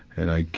and i,